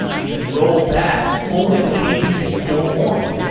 you can rollback only the changes that you don't want,